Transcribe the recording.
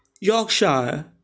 Yorkshire